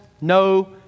no